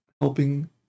helping